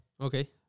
Okay